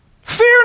Fear